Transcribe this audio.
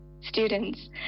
students